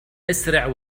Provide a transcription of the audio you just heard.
أسرع